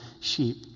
sheep